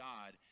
God